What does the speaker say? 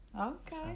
Okay